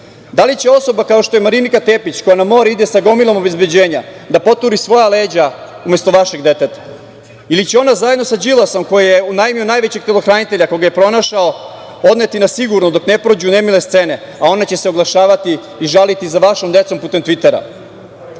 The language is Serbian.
li će osoba kao što je Marinika Tepić koja na more ide sa gomilom obezbeđenja da poturi svoja leđa umesto vašeg deteta ili će ona zajedno sa Đilasom koji je unajmio najvećeg telohranitelja koga je pronašao odneti na sigurno dok ne prođu nemile scene, a ona će se oglašavati i žaliti za vašom decom putem „Tvitera“?Još